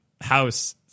house